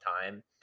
time